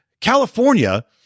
California